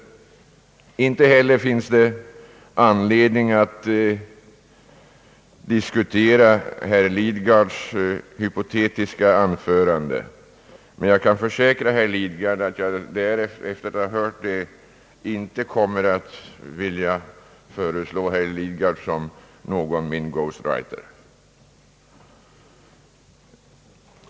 Inte heller finns det anledning att diskutera herr Lidgards hypotetiska anförande, men jag kan försäkra herr Lidgard att jag efter att ha hört honom inte kommer att vilja föreslå herr Lidgard som någon min »ghostwriter».